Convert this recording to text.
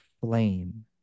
flame